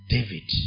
David